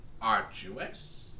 arduous